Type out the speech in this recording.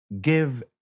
Give